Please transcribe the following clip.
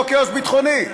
לא כאוס ביטחוני,